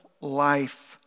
life